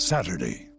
Saturday